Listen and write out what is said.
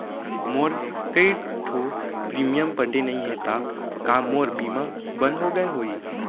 मोर कई ठो प्रीमियम पटे नई हे ता का मोर बीमा बंद हो गए होही?